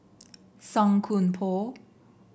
Song Koon Poh